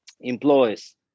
employees